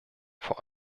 vor